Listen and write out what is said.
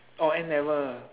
orh N-level